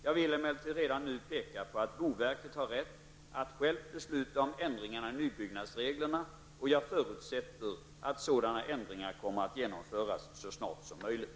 Jag vill emellertid redan nu peka på att boverket har rätt att självt besluta om ändringarna i nybyggnadsreglerna och att jag förutsätter att sådana ändringar kommer att genomföras så snart som möjligt.